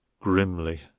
grimly